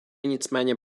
nicméně